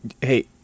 hey